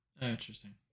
interesting